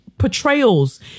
portrayals